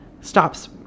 stops